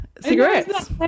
cigarettes